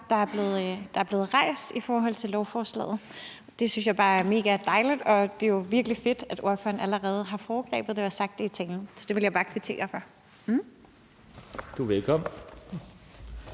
der er blevet rejst i forhold til lovforslaget. Det synes jeg bare megadejligt, og det er jo virkelig fedt, at ordføreren allerede har foregrebet det og sagt det i talen. Så det vil jeg bare kvittere for. Kl.